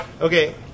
Okay